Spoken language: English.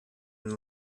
and